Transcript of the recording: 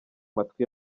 matwi